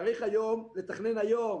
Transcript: צריך לתכנן היום,